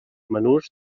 menús